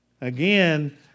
Again